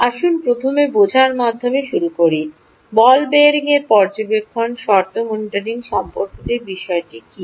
আসুন প্রথমে বোঝার মাধ্যমে শুরু করি বল বিয়ারিংয়ের পর্যবেক্ষণ শর্ত মনিটরিং সম্পর্কিত বিষয়টি কী